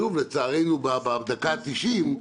שוב, לצערנו בדקה התשעים,